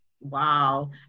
wow